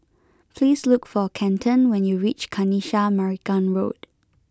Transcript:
please look for Kenton when you reach Kanisha Marican Road